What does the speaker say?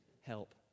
help